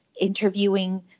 interviewing